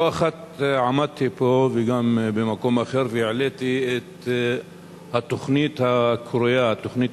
לא אחת עמדתי פה וגם במקום אחר והעליתי את התוכנית הממשלתית